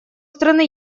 страны